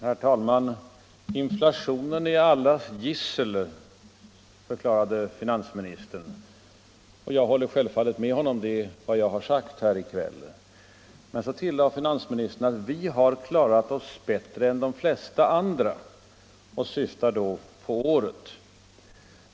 Herr talman! Inflationen är allas gissel, förklarade finansministern. Jag håller självfallet med honom. Jag har sagt samma sak här i kväll. Men finansministern tillade att vi har klarat oss bättre än de flesta andra och syftar då på innevarande år.